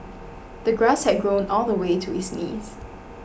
the grass had grown all the way to his knees